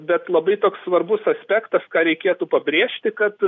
bet labai toks svarbus aspektas ką reikėtų pabrėžti kad